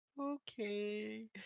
okay